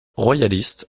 royalistes